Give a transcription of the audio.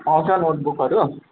पाउँछ नोटबुकहरू